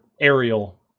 aerial